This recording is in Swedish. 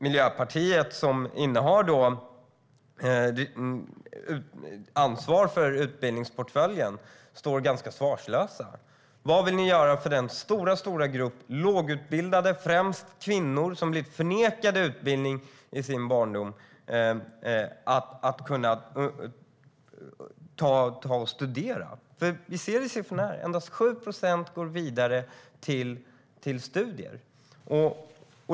Miljöpartiet, som innehar ansvaret för utbildningsportföljen, står ganska svarslösa när det gäller det här. Vad vill ni göra för att den stora grupp lågutbildade, främst kvinnor, som blivit förnekad utbildning under barndomen ska kunna studera? Vi ser i siffrorna att endast 7 procent går vidare till studier.